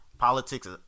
Politics